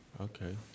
Okay